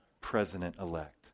president-elect